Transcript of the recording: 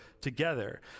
together